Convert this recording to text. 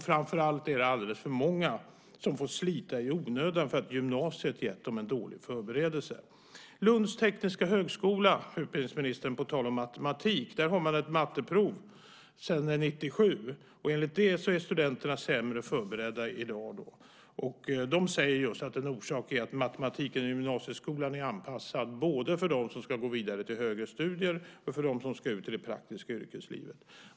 Framför allt är det alldeles för många som får slita i onödan därför att gymnasiet gett dem en dålig förberedelse. Vid Lunds tekniska högskola, utbildningsministern - på tal om matematik - har man ett matteprov sedan 1997, och enligt det är studenterna sämre förberedda i dag. En orsak, säger man, är just att matematiken i gymnasieskolan är anpassad både för dem som ska gå vidare till högre studier och för dem som ska ut i det praktiska yrkeslivet.